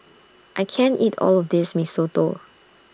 I can't eat All of This Mee Soto